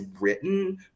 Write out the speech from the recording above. written